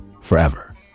forever